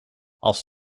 als